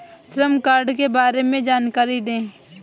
श्रम कार्ड के बारे में जानकारी दें?